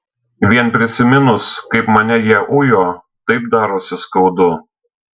vien prisiminus kaip mane jie ujo taip darosi skaudu